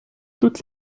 toutes